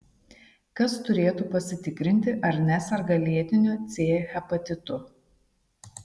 kas turėtų pasitikrinti ar neserga lėtiniu c hepatitu